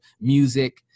music